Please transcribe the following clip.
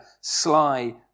sly